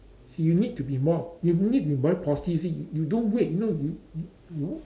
see you need to be more you need to be very positive you see you don't wait you know you you you